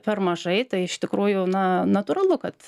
per mažai tai iš tikrųjų na natūralu kad